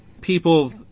people